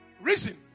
Reason